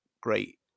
great